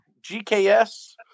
GKS